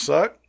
Suck